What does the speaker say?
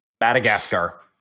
Madagascar